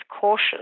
cautious